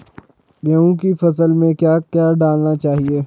गेहूँ की फसल में क्या क्या डालना चाहिए?